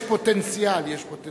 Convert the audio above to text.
יש פוטנציאל, יש פוטנציאל.